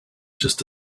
just